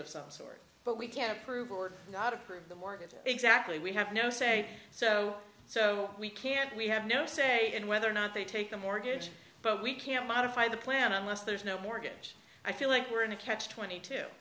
of some sort but we can approve or not approve the mortgages exactly we have no say so so we can't we have no say in whether or not they take the mortgage we can't modify the plan unless there's no mortgage i feel like we're in a catch twenty two